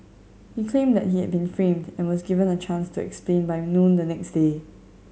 he claimed that he had been framed and was given a chance to explain by noon the next day